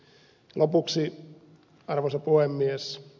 lopuksi arvoisa puhemies